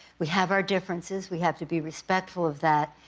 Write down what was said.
we have our differences. we have to be respectful of that.